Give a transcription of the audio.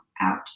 out